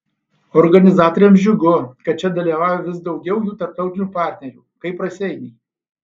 organizatoriams džiugu kad čia dalyvauja vis daugiau jų tarptautinių partnerių kaip raseiniai